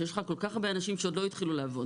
שיש לך כל כך הרבה אנשים שעוד לא התחילו לעבוד,